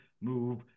move